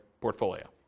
portfolio